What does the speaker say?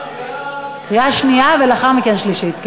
קריאה שנייה, ולאחר מכן שלישית.